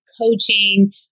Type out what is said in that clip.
coaching